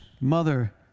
mother